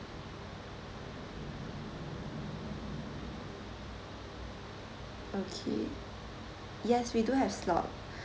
okay yes we do have slot